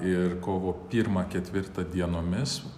ir kovo pirmą ketvirtą dienomis